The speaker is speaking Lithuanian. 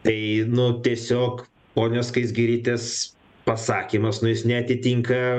tai nu tiesiog ponios skaisgirytės pasakymas nu jis neatitinka